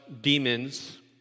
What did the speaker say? demons